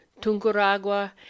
tunguragua